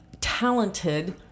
talented